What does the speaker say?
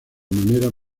manera